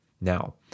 Now